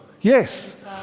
yes